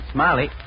Smiley